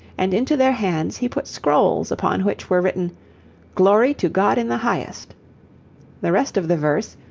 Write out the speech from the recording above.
and into their hands he put scrolls, upon which were written glory to god in the highest the rest of the verse,